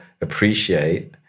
appreciate